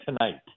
tonight